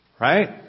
Right